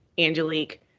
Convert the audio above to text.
Angelique